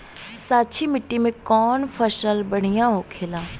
क्षारीय मिट्टी में कौन फसल बढ़ियां हो खेला?